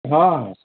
ହଁ